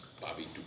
Bobby